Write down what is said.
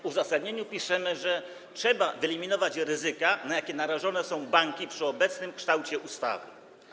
W uzasadnieniu piszemy, że trzeba wyeliminować ryzyka, na jakie narażone są banki przy obecnym kształcie ustawy.